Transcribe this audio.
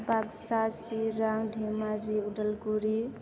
Baksa Chirang Dhemaji Udalguri